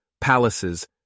palaces